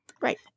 Right